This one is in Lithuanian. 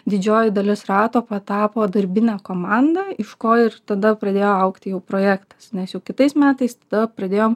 didžioji dalis rato patapo darbine komanda iš ko ir tada pradėjo augti jų projektas nes jau kitais metais tada pradėjom